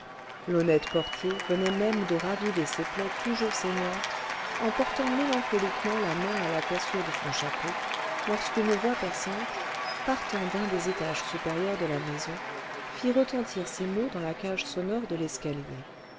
l'honnête portier venait même de raviver ses plaies toujours saignantes en portant mélancoliquement la main à la cassure de son chapeau lorsqu'une voix perçante partant d'un des étages supérieurs de la maison fit retentir ces mots dans la cage sonore de l'escalier